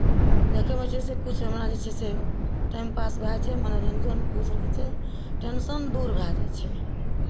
देखयमे छै से किछु हमरा जे छै से टाइम पास भए जाइ छै मनोरञ्जन किछु होइ छै टेंशन दूर भए जाइ छै